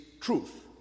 truth